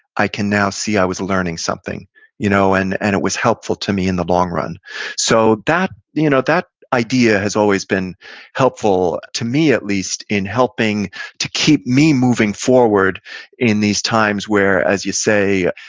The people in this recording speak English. i can now see i was learning something you know and and it was helpful to me in the long run so that you know that idea has always been helpful, to me at least in helping to keep me moving forward in these times where as you say,